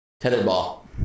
Tetherball